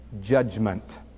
judgment